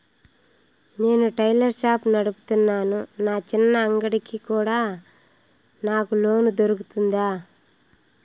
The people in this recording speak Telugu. నేను టైలర్ షాప్ నడుపుతున్నాను, నా చిన్న అంగడి కి కూడా నాకు లోను దొరుకుతుందా?